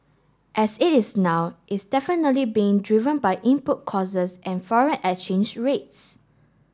as it is now is definitely being driven by input costs and foreign exchange rates